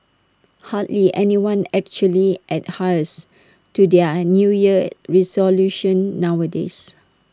hardly anyone actually adheres to their New Year resolutions nowadays